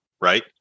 Right